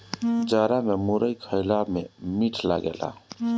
जाड़ा में मुरई खईला में मीठ लागेला